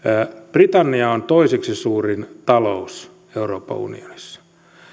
britannia on toiseksi suurin talous euroopan unionissa